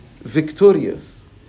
victorious